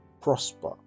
prosper